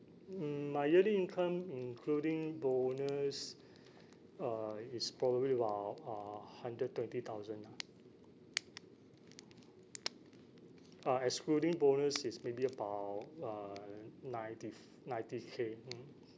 mm my yearly income including bonus uh is probably about uh hundred twenty thousand uh excluding bonus is maybe about uh ninety f~ ninety K mm